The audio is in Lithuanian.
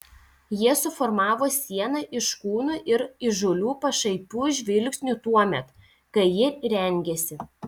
jie suformavo sieną iš kūnų ir įžūlių pašaipių žvilgsnių tuomet kai ji rengėsi